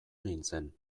nintzen